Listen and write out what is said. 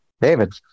david